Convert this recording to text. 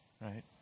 right